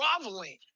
groveling